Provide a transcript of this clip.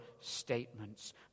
statements